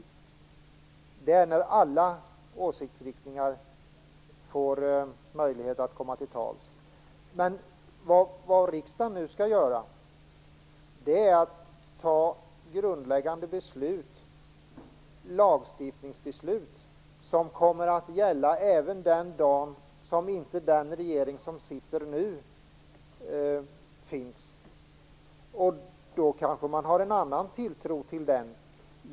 Demokrati är när alla åsiktsriktningar får möjlighet att komma till tals. Vad riksdagen nu skall göra är att ta grundläggande lagstiftningsbeslut som kommer att gälla även den dag då vi inte har den regering som sitter nu. Till en annan regering har man kanske en annan tilltro.